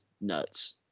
nuts